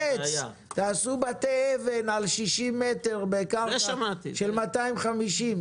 תעשו בתי אבן על 60 מטר בקרקע של 250 מטר.